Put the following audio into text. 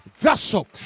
vessel